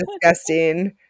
disgusting